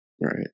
right